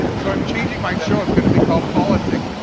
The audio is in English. so i'm changing my show, it's gonna be called politics